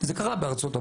זה קרה בארצות-הברית.